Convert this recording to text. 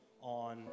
on